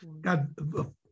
God